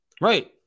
Right